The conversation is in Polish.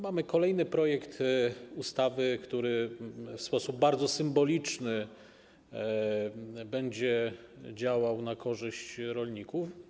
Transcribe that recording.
Mamy kolejny projekt ustawy, który w sposób bardzo symboliczny będzie działał na korzyść rolników.